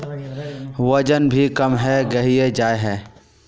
वजन भी कम है गहिये जाय है?